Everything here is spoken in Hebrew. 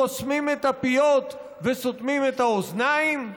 חוסמים את הפיות וסותמים את האוזניים?